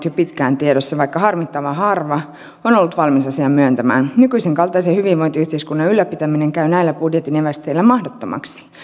jo pitkään tiedossa vaikka harmittavan harva on ollut valmis asian myöntämään nykyisen kaltaisen hyvinvointiyhteiskunnan ylläpitäminen käy näillä budjetin eväillä mahdottomaksi